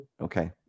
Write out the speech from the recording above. Okay